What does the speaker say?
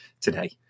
today